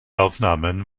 aufnahmen